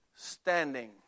Standing